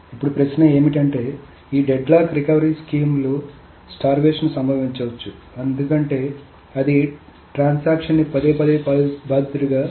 అప్పుడు ప్రశ్న ఏమిటంటే ఈ డెడ్లాక్ రికవరీ స్కీమ్లలో స్టార్వేషన్ సంభవించవచ్చు ఎందుకంటే అదే ట్రాన్సాక్షన్ ని పదేపదే బాధితుడిగా ఎంచుకుంటారు